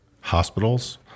hospitals